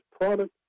product